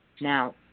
Now